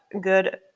good